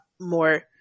more